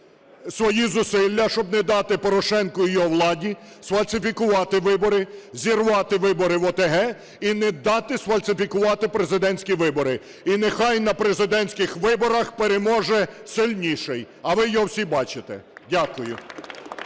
свої зусилля, щоб не дати Порошенку і його владі сфальсифікувати вибори, зірвати вибори в ОТГ і не дати сфальсифікувати президентські вибори. І нехай на президентських виборах переможе сильніший, а ви його всі бачите. Дякую.